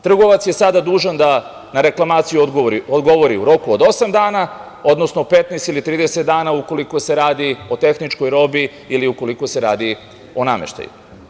Trgovac je sada dužan da na reklamaciju odgovori u roku od osam dana, odnosno 15 ili 30 dana ukoliko se radi o tehničkoj robi ili ukoliko se radi o nameštaju.